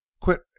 Quit